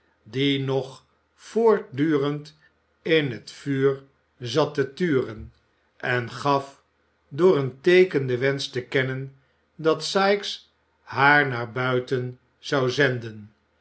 die nog voortdurend in het vuur zat te turen en gaf door een teeken den wensch te kennen dat sikes haar naar buiten zou zenden